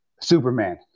Superman